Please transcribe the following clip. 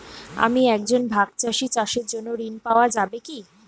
আমি একজন ভাগ চাষি চাষের জন্য ঋণ পাওয়া যাবে কি?